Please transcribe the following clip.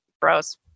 bros